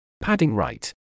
padding-right